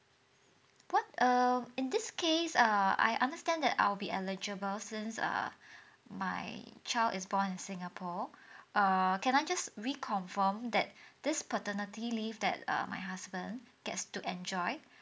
what err in this case ah I understand that I'll be eligible since err my child is born in singapore err can I just reconfirm that this paternity leave that uh my husband gets to enjoy